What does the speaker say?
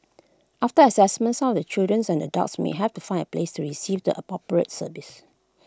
after Assessment some of the children's and adults may have to find A place to receive the appropriate service